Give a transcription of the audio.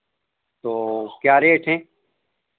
तो क्या रेट हैं